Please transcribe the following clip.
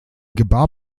gebar